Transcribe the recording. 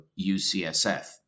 UCSF